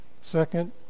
Second